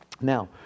Now